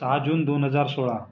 सहा जून दोन हजार सोळा